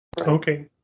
Okay